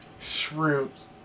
shrimps